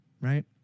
right